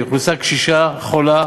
זו אוכלוסייה קשישה, חולה,